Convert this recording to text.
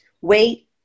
wait